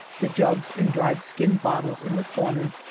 the jugs and dried-skin bottles in the corner,